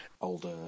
Older